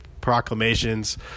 proclamations